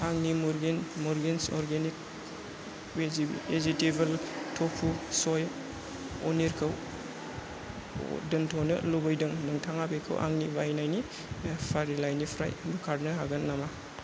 आंनि मुरगिन मुरगिन्स अर्गेनिक भेजि भेजितेबोल तफु सय पनिरखौ दोनथ'नो लुबैदों नोंथाङा बेखौ आंनि बायनायनि फारिलाइनिफ्राय बोखारनो हागोन नामा